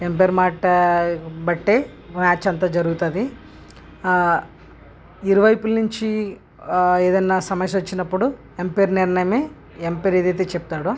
umpire మాట బట్టే match అంత జరుగుతుంది ఇరువైపుల నుంచి ఏదైనా సమస్య వచ్చినప్పుడు అంపైర్ నిర్ణయమే అంపైర్ ఏదైతే చెబుతాడో